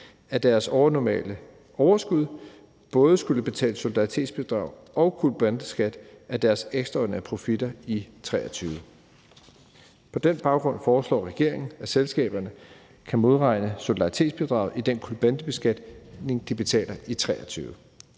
af deres overnormale overskud, både skulle betale solidaritetsbidrag og kulbrinteskat af deres ekstraordinære profitter i 2023. På den baggrund foreslår regeringen, at selskaberne kan modregne solidaritetsbidraget i den kulbrintebeskatning, de betaler i 2023.